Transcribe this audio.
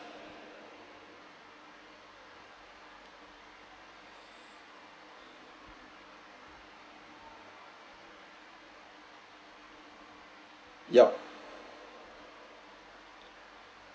yup